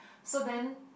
so then